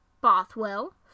Bothwell